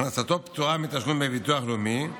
הכנסתו פטורה מתשלום דמי ביטוח לאומי,